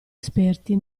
esperti